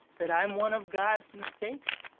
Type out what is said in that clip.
that i'm one of god's mistakes?